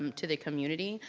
um to the community.